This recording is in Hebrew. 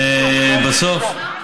לבסוף, אני